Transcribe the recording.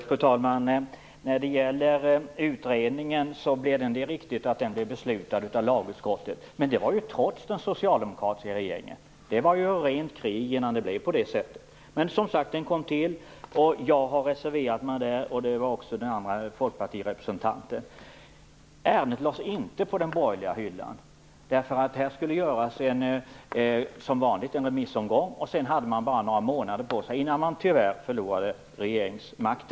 Fru talman! Det är riktigt att utredningen beslutades av lagutskottet, men det var ju trots den socialdemokratiska regeringen; det var rent krig innan det blev så. Men den kom till, och jag reserverade mig där, liksom den andre folkpartistiske representanten. Ärendet lades inte på den borgerliga hyllan. Här skulle som vanligt göras en remissomgång, och sedan hade man bara några månader på sig innan man tyvärr förlorade regeringsmakten.